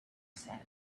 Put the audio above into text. said